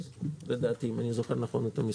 אם אני זוכר נכון את המספר.